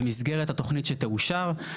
במסגרת התוכנית שתאושר,